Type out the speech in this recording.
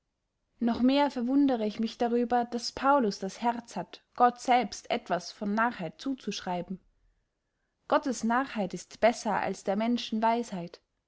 noch mehr verwundere ich mich darüber daß paulus das herz hat gott selbst etwas von narrheit zuzuschreiben gottes narrheit ist besser als der menschen weisheit